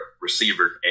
receiver